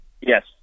Yes